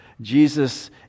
Jesus